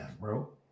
bro